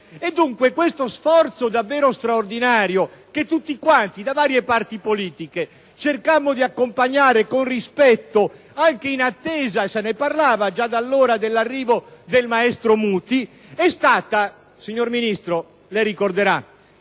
E, dunque, questo sforzo davvero straordinario che tutti quanti, da varie parti politiche, cercammo di accompagnare con rispetto, anche in attesa - se ne parlava già allora - dell'arrivo del maestro Muti, è stato, signor Ministro, interrotto